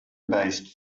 based